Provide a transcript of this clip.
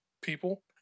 people